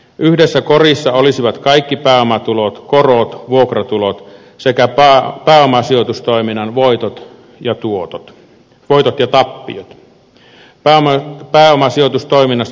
yhdessä korissa olisivat kaikki pääomatulot korot vuokratulot sekä pääomasijoitustoiminnan voitot ja tappiot